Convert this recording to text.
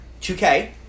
2K